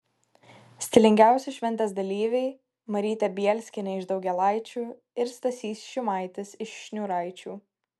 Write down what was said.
stilingiausi šventės dalyviai marytė bielskienė iš daugėlaičių ir stasys šimaitis iš šniūraičių